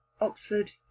Oxford